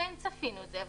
כן צפינו את זה,